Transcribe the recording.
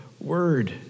word